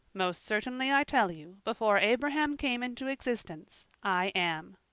most certainly, i tell you, before abraham came into existence, i am.